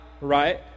right